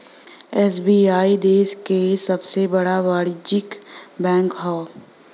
SBI देश क सबसे बड़ा वाणिज्यिक बैंक हौ